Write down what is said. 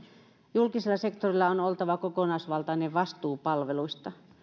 julkisella sektorilla on oltava kokonaisvaltainen vastuu palveluista